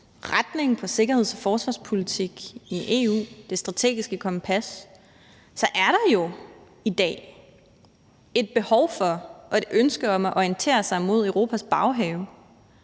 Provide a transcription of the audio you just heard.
retningen for sikkerheds- og forsvarspolitikken i EU – det strategiske kompas – så er der jo i dag et behov for og ønske om at orientere sig mod Europas baghave